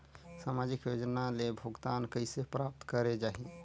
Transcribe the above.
समाजिक योजना ले भुगतान कइसे प्राप्त करे जाहि?